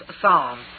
psalm